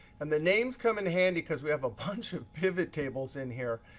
and the names come in handy, because we have a bunch of pivot tables in here.